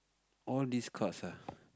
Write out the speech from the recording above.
all of this cards ah